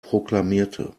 proklamierte